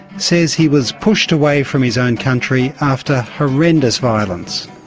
says he was pushed away from his own country after horrendous violence.